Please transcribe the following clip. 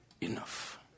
enough